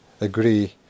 agree